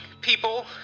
people